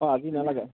অঁ আজি নেলাগে